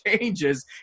changes